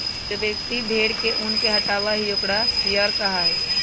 जो व्यक्ति भेड़ के ऊन के हटावा हई ओकरा शियरर कहा हई